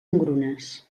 engrunes